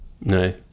no